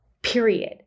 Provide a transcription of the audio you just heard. Period